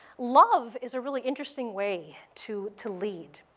love is a really interesting way to to lead.